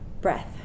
Breath